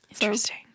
Interesting